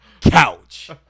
couch